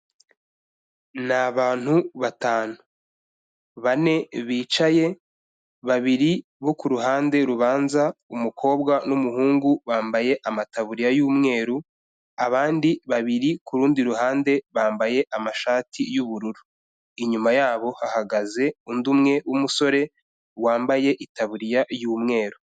Ni abantu batanu, bane bicaye, babiri bo ku ruhande rubanza umukobwa n'umuhungu bambaye amataburiya y'umweru, abandi babiri ku rundi ruhande bambaye amashati y'ubururu, inyuma yabo hahagaze undi umwe w'umusore wambaye itaburiya y'umweru.